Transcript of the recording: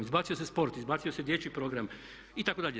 Izbacio se sport, izbacio se dječji program itd.